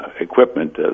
equipment